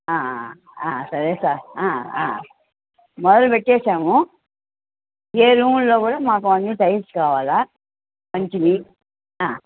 సరే సార్ మొదలు పెట్టేసాము ఏ రూముల్లో కూడా మాకు అన్నీ టైల్స్ కావాలి మంచివి